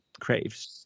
creative